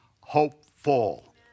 hopeful